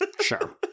Sure